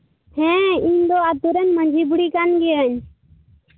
ᱦᱮᱸ ᱤᱧ ᱫᱚ ᱟᱹᱛᱩ ᱨᱮᱱ ᱢᱟᱺᱡᱷᱤ ᱵᱩᱲᱦᱤ ᱠᱟᱱ ᱜᱤᱭᱟᱹᱧ